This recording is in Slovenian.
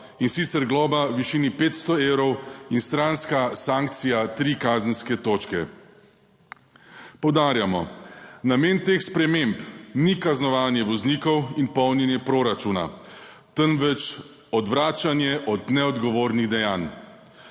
in sicer globa v višini 500 evrov in stranska sankcija tri kazenske točke. Poudarjamo; namen teh sprememb ni kaznovanje voznikov in polnjenje proračuna, temveč odvračanje od neodgovornih dejanj.